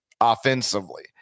offensively